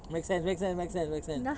makes sense makes sense makes sense makes sense